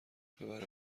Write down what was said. ببره